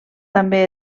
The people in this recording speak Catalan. també